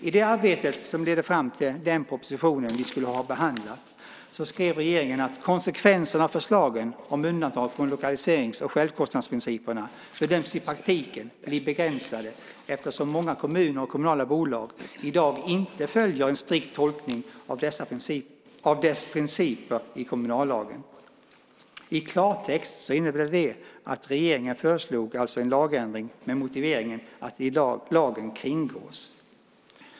I det arbete som ledde fram till den proposition som vi skulle ha behandlat skrev regeringen: Konsekvenserna av förslagen om undantag från lokaliserings och självkostnadsprinciperna bedöms i praktiken bli begränsade eftersom många kommuner och kommunala bolag i dag inte följer en strikt tolkning av dess principer i kommunallagen. I klartext innebär det att regeringen föreslog en lagändring med motiveringen att lagen kringgås.